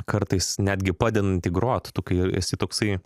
kartais netgi padedanti grot tu kai esi toksai